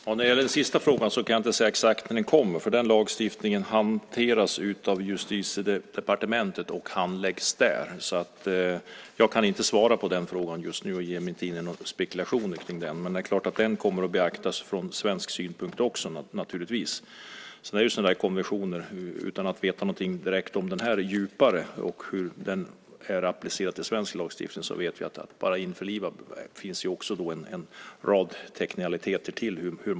Fru talman! När det gäller den sista frågan kan jag inte säga exakt när det kommer, för den lagstiftningen hanteras av Justitiedepartementet och handläggs där. Jag kan därför inte svara på den frågan just nu och ger mig inte in i några spekulationer kring den. Men det är klart att den kommer att beaktas från svensk synpunkt också. Utan att veta någonting direkt djupare om den här konventionen och hur den är applicerad på svensk lagstiftning vet vi att det bara när det gäller att införliva finns en rad teknikaliteter.